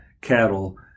cattle